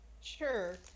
Sure